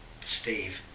Steve